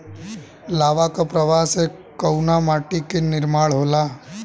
लावा क प्रवाह से कउना माटी क निर्माण होला?